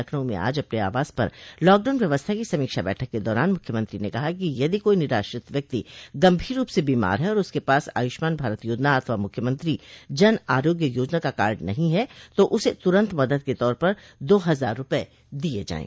लखनऊ में आज अपने आवास पर लॉकडाउन व्यवस्था की समीक्षा बैठक के दौरान मुख्यमंत्री ने कहा कि यदि कोई निराश्रित व्यक्ति गंभीर रूप से बीमार है और उसके पास आयुष्मान भारत योजना अथवा मुख्यमंत्री जन आरोग्य योजना का कार्ड नहीं है तो उसे तुरन्त मदद के तौर पर दो हजार रूपये दिये जाये